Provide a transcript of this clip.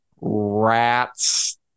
Rats